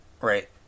right